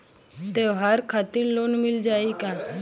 त्योहार खातिर लोन मिल जाई का?